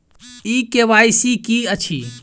ई KYC की अछि?